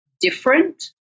different